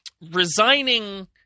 resigning